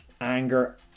anger